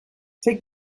take